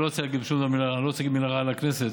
אני לא רוצה להגיד מילה רעה על הכנסת,